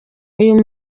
uyu